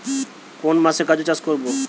কোন মাসে গাজর চাষ করব?